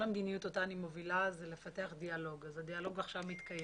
כל המדיניות אותה אני מובילה היא לפתח דיאלוג והדיאלוג עכשיו מתקיים